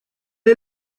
est